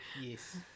Yes